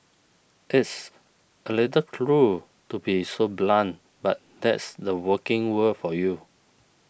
this a little cruel to be so blunt but that's the working world for you